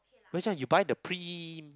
which one you buy the pre